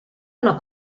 una